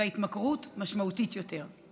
וההתמכרות משמעותית יותר.